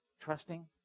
Trusting